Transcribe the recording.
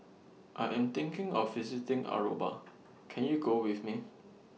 I Am thinking of visiting Aruba Can YOU Go with Me